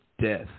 death